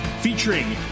featuring